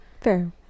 Fair